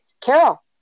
Carol